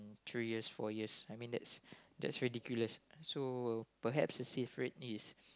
three years four years I mean that's that's ridiculous so perhaps is safer at least